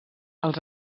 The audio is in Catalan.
els